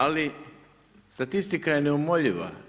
Ali statistika je neumoljiva.